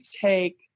take